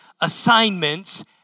assignments